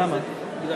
את